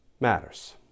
matters